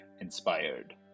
inspired